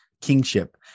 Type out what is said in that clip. kingship